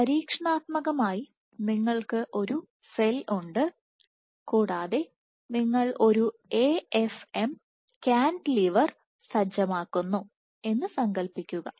പരീക്ഷണാത്മകമായി നിങ്ങൾക്ക് ഒരു സെൽ ഉണ്ട് കൂടാതെ നിങ്ങൾ ഒരു AFM കാന്റിലിവർ സജ്ജമാക്കുന്നു എന്ന് സങ്കൽപ്പിക്കുക